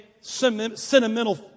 sentimental